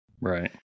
Right